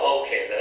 okay